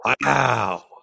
Wow